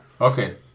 Okay